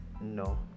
No